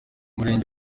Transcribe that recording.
murenge